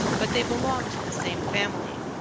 but they belong to the same family.